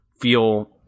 feel